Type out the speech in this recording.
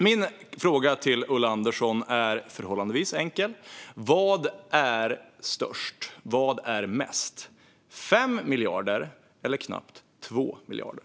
Min fråga till Ulla Andersson är förhållandevis enkel: Vad är störst och mest, 5 miljarder eller knappt 2 miljarder?